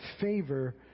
favor